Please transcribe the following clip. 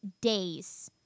days